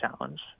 challenge